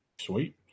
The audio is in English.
Sweet